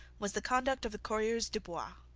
was the conduct of the coureurs de bois.